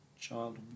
Child